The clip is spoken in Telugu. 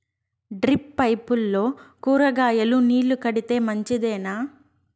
డ్రిప్ పైపుల్లో కూరగాయలు నీళ్లు కడితే మంచిదేనా?